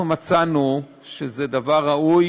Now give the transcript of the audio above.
אנחנו מצאנו שזה דבר ראוי,